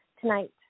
tonight